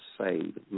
saved